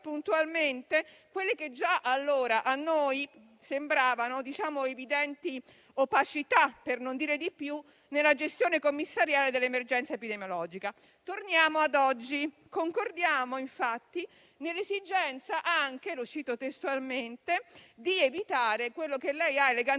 puntualmente quelle che, già allora, a noi sembravano evidenti opacità, per non dire di più, nella gestione commissariale dell'emergenza epidemiologica. Torniamo ad oggi. Concordiamo sull'esigenza, lo cito testualmente, di evitare quello che lei ha elegantemente